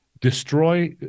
destroy